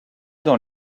dans